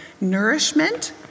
nourishment